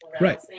right